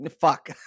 fuck